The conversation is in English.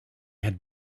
had